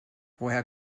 woher